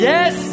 Yes